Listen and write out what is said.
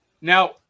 now